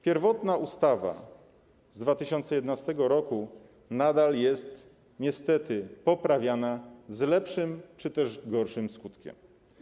Pierwotna ustawa z 2011 r. nadal jest niestety poprawiana, z lepszym czy też gorszym skutkiem.